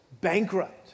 bankrupt